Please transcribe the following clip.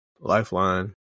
lifeline